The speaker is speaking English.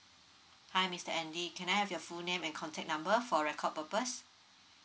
hi mister andy can I have your full name and contact number for record purpose